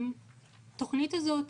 התכנית הזאת